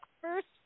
First